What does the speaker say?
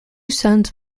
sons